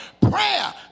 prayer